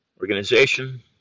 organization